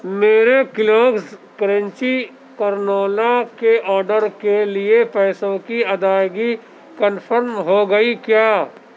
میرے Kellogg's crunchy granola کے order کے لیے پیسوں کی ادائیگی کنفرم ہو گئی کیا